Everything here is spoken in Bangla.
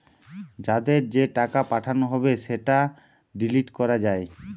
যাদের যে টাকা পাঠানো হবে সেটা ডিলিট করা যায়